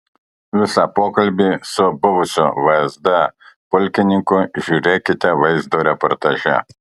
visą pokalbį su buvusiu vsd pulkininku žiūrėkite vaizdo reportaže